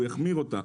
הוא יחמיר אותה.